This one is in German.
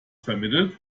vermittelt